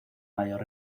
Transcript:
mayor